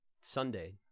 Sunday